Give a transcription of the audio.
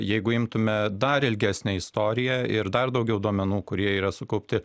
jeigu imtume dar ilgesnę istoriją ir dar daugiau duomenų kurie yra sukaupti